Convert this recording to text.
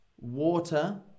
water